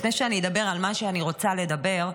לפני שאני אדבר על מה שאני רוצה לדבר,